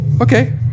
Okay